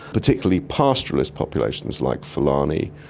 particularly pastoralist populations like fulani.